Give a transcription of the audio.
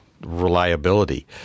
Reliability